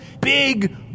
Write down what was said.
big